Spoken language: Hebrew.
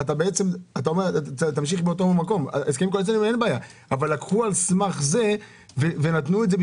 אתה ממשיך באותו מקום לקחו על סמך זה ונתנו את זה,